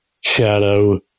shadow